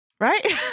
right